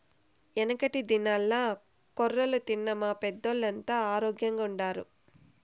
యెనకటి దినాల్ల కొర్రలు తిన్న మా పెద్దోల్లంతా ఆరోగ్గెంగుండారు